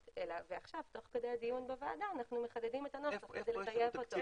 ועכשיו תוך כדי דיון בוועדה אנחנו מחדדים את הנוסח כדי לטייב אותו.